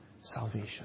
salvation